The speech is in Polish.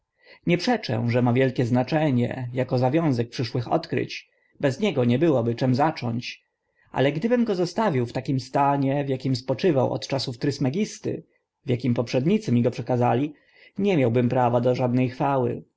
nie przeczę że ma wielkie znaczenie ako zawiązek przyszłych odkryć bez niego nie byłoby czym zacząć ale gdybym go zostawił w takim stanie w akim spoczywał od czasów trysmegisty w akim poprzednicy mi go przekazali nie miałbym prawa do żadne chwały